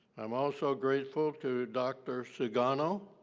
i'm also grateful to dr. sugano